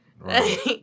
Right